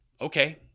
Okay